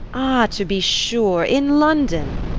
ah, to be sure in london!